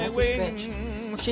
wings